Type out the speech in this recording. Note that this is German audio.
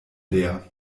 leer